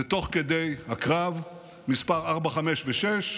ותוך כדי הקרב את מס' 4, 5 ו-6.